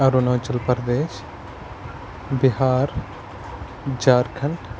Arunachal Pradesh Bihar Jharkhand